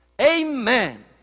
Amen